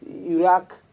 Iraq